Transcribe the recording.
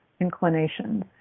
inclinations